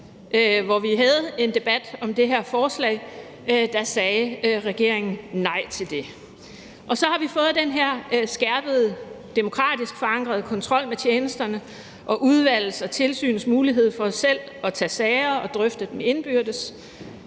hvor vi havde en debat om det her forslag, sagde regeringen nej til det. Så har vi fået den her skærpede demokratisk forankrede kontrol med tjenesterne og udvalgets og tilsynets mulighed for selv at tage sager og drøfte dem indbyrdes.